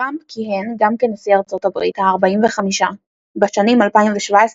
טראמפ כיהן גם כנשיא ארצות הברית ה-45 בשנים 2017–2021